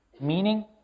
Meaning